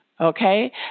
okay